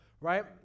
right